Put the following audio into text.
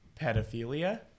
pedophilia